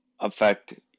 affect